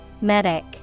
Medic